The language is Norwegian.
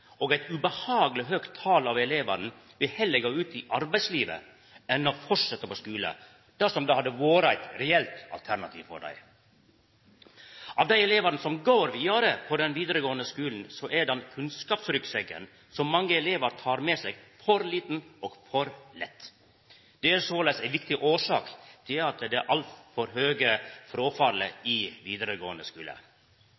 og eit ubehageleg høgt tal elevar vil heller gå ut i arbeidslivet enn å fortsetja på skulen, dersom det hadde vore eit reelt alternativ for dei. Av dei elevane som går vidare på den vidaregåande skulen, er den kunnskapsryggsekken som mange elevar tek med seg, for liten og for lett. Det er såleis ei viktig årsak til det altfor høge fråfallet i vidaregåande skule. Dette er utgangspunktet for